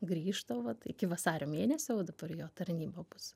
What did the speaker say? grįžta vat iki vasario mėnesio va dabar jo tarnyba bus